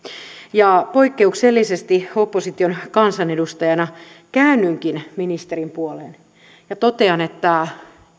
ja poikkeuksellisesti opposition kansanedustajana käännynkin ministerin puoleen ja totean että